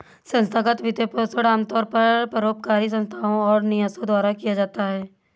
संस्थागत वित्तपोषण आमतौर पर परोपकारी संस्थाओ और न्यासों द्वारा दिया जाता है